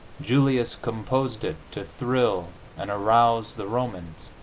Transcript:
julius composed it to thrill and arouse the romans